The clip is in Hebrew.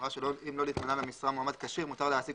אמרה שאם לא נתמנה למשרה מועמד כשיר מותר להעסיק